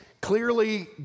clearly